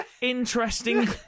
Interesting